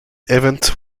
event